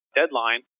deadline